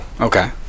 Okay